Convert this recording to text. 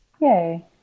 Yay